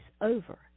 over